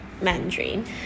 Mandarin